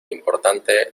importante